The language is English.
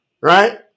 Right